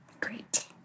Great